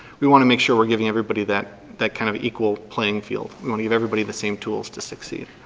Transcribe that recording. we want to make sure we're giving everybody that that kind of equal playing field. we want to give everybody the same tools to succeed.